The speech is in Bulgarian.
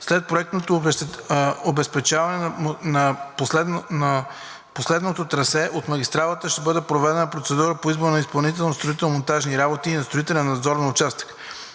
След проектното обезпечаване на последното трасе от магистралата ще бъде проведена процедура за избор на изпълнители на строително-монтажните работи и на строителен надзор на участъка.